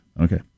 okay